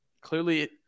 clearly